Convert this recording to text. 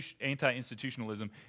anti-institutionalism